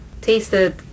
tasted